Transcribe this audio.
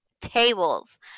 tables